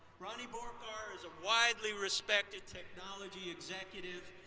rani borkar is a widely-respected technology executive